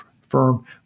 firm